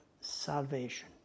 salvation